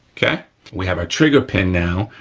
yeah we have our trigger pin now,